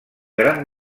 gran